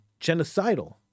genocidal